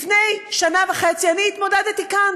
לפני שנה וחצי התמודדתי כאן,